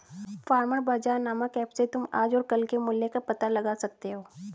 farmer बाजार नामक app से तुम आज और कल के मूल्य का पता लगा सकते हो